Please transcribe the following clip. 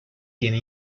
tiene